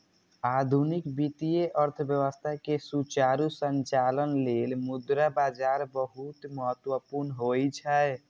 आधुनिक वित्तीय अर्थव्यवस्था के सुचारू संचालन लेल मुद्रा बाजार बहुत महत्वपूर्ण होइ छै